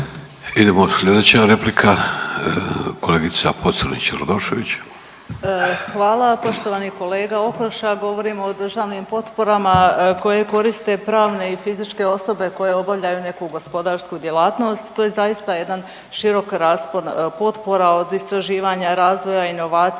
Idemo slijedeća replika, kolegica Pocrnić Radošević. **Pocrnić-Radošević, Anita (HDZ)** Hvala. Poštovani kolega Okroša govorimo o državnim potporama koje koriste pravne i fizičke osobe koje obavljaju neku gospodarsku djelatnost. To je zaista jedan širok raspon potpora od istraživanja, razvoja inovacija,